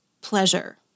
pleasure